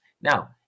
now